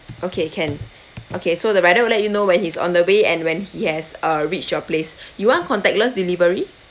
okay can okay so the rider will let you know when he's on the way and when he has uh reached your place you want contactless delivery